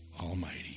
Almighty